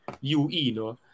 UE